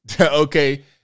Okay